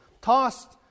tossed